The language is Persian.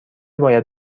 باید